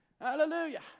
Hallelujah